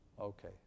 Okay